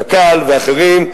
קק"ל ואחרים,